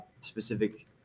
specific